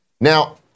Now